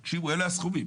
תקשיבו, אלה הסכומים,